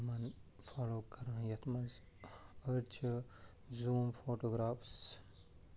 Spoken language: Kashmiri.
یِمَن فالَو کران یَتھ منٛز أڈۍ چھِ جوٗن فوٹوٗگرافٕس